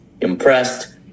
impressed